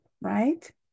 right